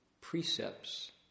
precepts